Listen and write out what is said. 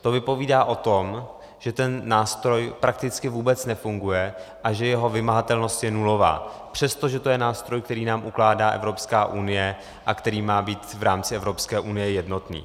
To vypovídá o tom, že ten nástroj prakticky vůbec nefunguje a že jeho vymahatelnost je nulová, přestože to je nástroj, který nám ukládá Evropská unie a který má být v rámci Evropské unie jednotný.